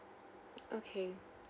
okay